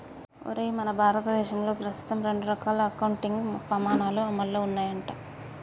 ఒరేయ్ మన భారతదేశంలో ప్రస్తుతం రెండు రకాల అకౌంటింగ్ పమాణాలు అమల్లో ఉన్నాయంట